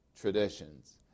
traditions